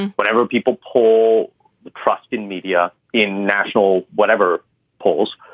whenever people pour the trust in media, in national whatever polls,